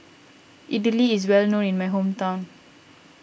Idili is well known in my hometown